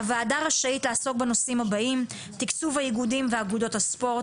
הוועדה רשאית לעסוק בנושאים הבאים: תקצוב האיגודים ואגודות הספורט,